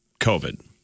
COVID